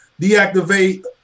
deactivate